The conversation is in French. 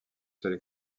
seule